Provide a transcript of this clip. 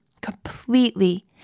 completely